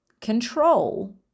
control